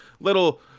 little